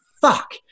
fuck